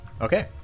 Okay